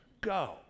go